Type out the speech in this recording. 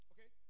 Okay